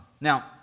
Now